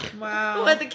wow